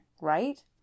right